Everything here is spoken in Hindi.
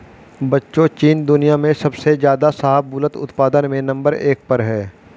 बच्चों चीन दुनिया में सबसे ज्यादा शाहबूलत उत्पादन में नंबर एक पर है